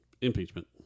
impeachment